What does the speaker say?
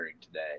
today